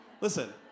Listen